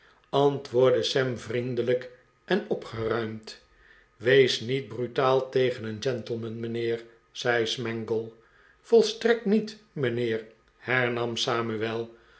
antwoordde sam vriendelijk en opgeruimd wees niet brutaal tegen een gentleman mijnheer zei smangle volstrekt niet mijnheer hernam samuel